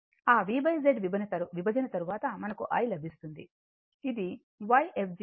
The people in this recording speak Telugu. ఆ V Z విభజన తరువాత మనకు I లభిస్తుంది ఇది Yfg